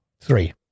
Three